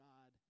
God